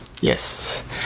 yes